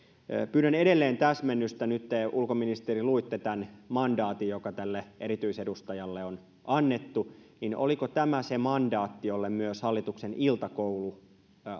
pyydän edelleen täsmennystä nyt kun te ulkoministeri luitte tämän mandaatin joka erityisedustajalle on annettu niin oliko tämä se mandaatti jolle myös hallituksen iltakoulu